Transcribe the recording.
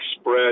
spread